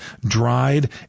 dried